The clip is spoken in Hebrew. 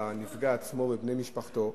בנפגע עצמו ובבני משפחתו.